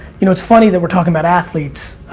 you know it's funny that we're talking about athletes,